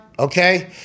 okay